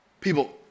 People